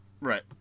right